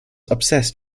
obsessed